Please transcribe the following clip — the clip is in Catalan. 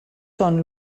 són